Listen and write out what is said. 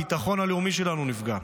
הביטחון הלאומי שלנו נפגע.